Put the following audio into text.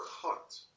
cut